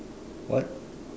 what